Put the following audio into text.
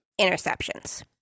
interceptions